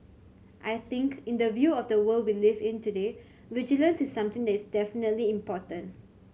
I think in the view of the world we live in today vigilance is something that is definitely important